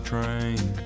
train